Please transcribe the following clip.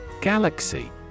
Galaxy